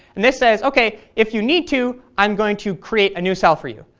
and this says, okay, if you need to i'm going to create a new cell for you.